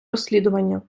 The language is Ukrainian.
розслідування